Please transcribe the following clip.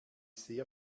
sehr